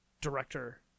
director